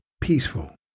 peaceful